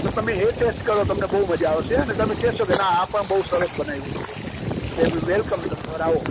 તો તમે એ ટેસ્ટ કરો તમને બહુ મજા આવશે અને તમે કહેશો કે આ પણ બહુ સરસ બનાવ્યું છે વેલકમ તમ તમારે આઓ